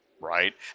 right